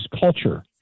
culture